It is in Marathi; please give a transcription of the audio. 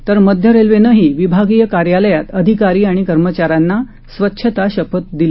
तर मध्य रेल्वेनंही विभागीय कार्यालयात अधिकारी आणि कर्मचाऱ्यांना स्वच्छता शपथ दिली